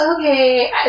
Okay